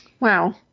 Wow